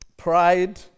pride